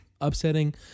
upsetting